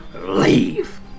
leave